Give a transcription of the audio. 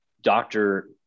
doctor